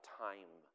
time